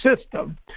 system